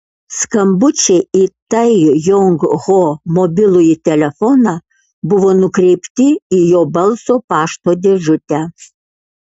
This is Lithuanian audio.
skambučiai į tai jong ho mobilųjį telefoną buvo nukreipti į jo balso pašto dėžutę